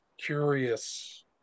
curious